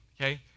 Okay